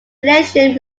glycine